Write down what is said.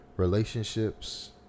relationships